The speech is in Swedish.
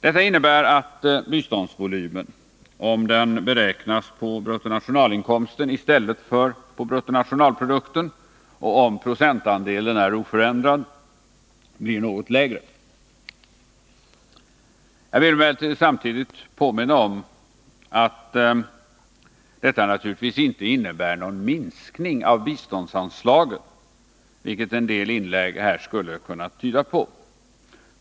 Detta innebär att biståndsvolymen — om den beräknas på bruttonationalinkomsten i stället för på bruttonationalprodukten och om procentandelen är oförändrad — blir något lägre. Jag vill samtidigt påminna om att detta 29 naturligtvis inte innebär någon minskning av biståndsanslagen, vilket en del inlägg här skulle kunna tyda på.